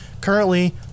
Currently